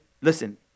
listen